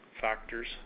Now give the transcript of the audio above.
factors